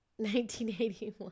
1981